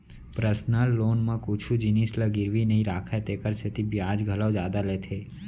personal loan म कुछु जिनिस ल गिरवी नइ राखय तेकर सेती बियाज घलौ जादा लेथे